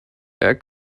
air